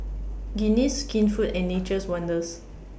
Guinness Skinfood and Nature's Wonders